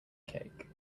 cake